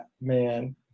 man